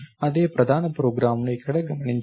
అదే ప్రధాన ప్రోగ్రామ్ను ఇక్కడ గమనించండి